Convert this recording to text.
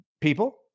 people